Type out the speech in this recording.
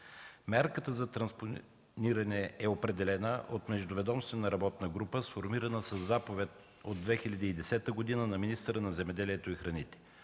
Мярката за транспониране е определена от междуведомствена работна група, сформирана със заповед от 2010 г. на министъра на земеделието и храните.